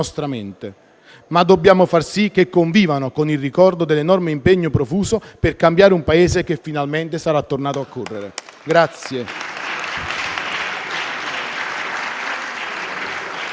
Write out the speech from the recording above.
ma dobbiamo far sì che convivano con il ricordo dell'enorme impegno profuso per cambiare un Paese che finalmente sarà tornato a correre.